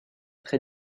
très